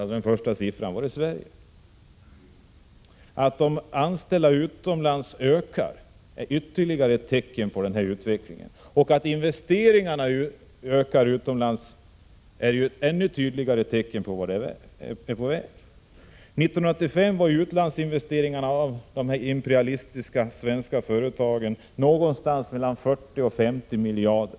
Att antalet anställda utomlands ökar är ett ytterligare tecken på denna utveckling. Att investeringarna utomlands ökar är ett ännu tydligare tecken på i vilken riktning utvecklingen går. 1985 var utlandsinvesteringarna i dessa imperialistiska svenska företag någonstans mellan 40 och 50 miljarder.